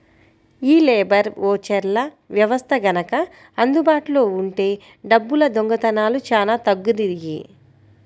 యీ లేబర్ ఓచర్ల వ్యవస్థ గనక అందుబాటులో ఉంటే డబ్బుల దొంగతనాలు చానా తగ్గుతియ్యి